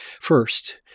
First